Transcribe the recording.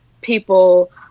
people